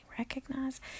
recognize